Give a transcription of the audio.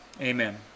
Amen